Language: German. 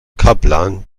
kaplan